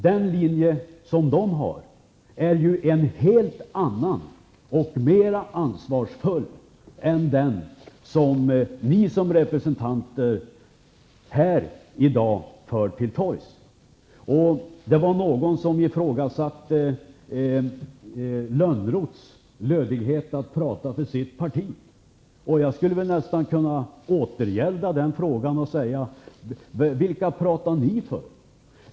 Deras linje är helt annorlunda och mera ansvarsfull än den som ni som representanter här i dag för till torgs. Någon ifrågasatte Lönnroths lödighet att prata för sitt parti. Jag skulle nästan kunna återgälda den frågan. Vem pratar ni för?